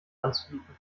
anzubieten